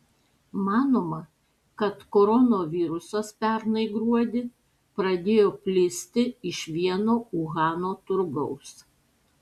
manoma kad koronavirusas pernai gruodį pradėjo plisti iš vieno uhano turgaus